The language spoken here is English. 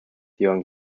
young